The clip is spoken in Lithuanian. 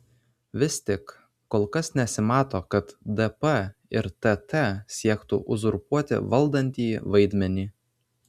vis tik kol kas nesimato kad dp ir tt siektų uzurpuoti valdantįjį vaidmenį